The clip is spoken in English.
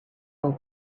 old